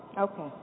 okay